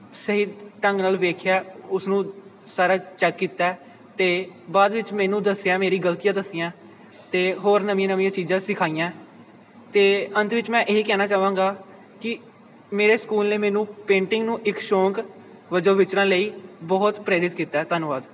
ਸਹੀ ਢੰਗ ਨਾਲ ਵੇਖਿਆ ਉਸ ਨੂੰ ਸਾਰਾ ਚੈੱਕ ਕੀਤਾ ਅਤੇ ਬਾਅਦ ਵਿੱਚ ਮੈਨੂੰ ਦੱਸਿਆ ਮੇਰੀ ਗਲਤੀਆਂ ਦੱਸੀਆਂ ਅਤੇ ਹੋਰ ਨਵੀਆਂ ਨਵੀਆਂ ਚੀਜ਼ਾਂ ਸਿਖਾਈਆਂ ਅਤੇ ਅੰਤ ਵਿੱਚ ਮੈਂ ਇਹੀ ਕਹਿਣਾ ਚਾਹਵਾਂਗਾ ਕਿ ਮੇਰੇ ਸਕੂਲ ਨੇ ਮੈਨੂੰ ਪੇਂਟਿੰਗ ਨੂੰ ਇੱਕ ਸ਼ੌਂਕ ਵਜੋਂ ਵਿਚਰਨ ਲਈ ਬਹੁਤ ਪ੍ਰੇਰਿਤ ਕੀਤਾ ਧੰਨਵਾਦ